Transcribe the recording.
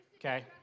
Okay